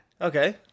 Okay